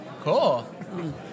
Cool